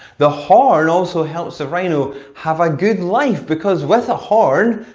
the horn also helps a rhino have a good life, because with a horn,